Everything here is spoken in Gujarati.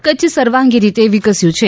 કચ્છ સર્વાંગી રીતે વિકસ્યું છે